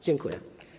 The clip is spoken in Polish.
Dziękuję.